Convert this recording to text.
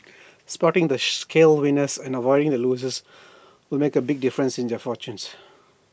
spotting the shale winners and avoiding the losers will make A big difference in their fortunes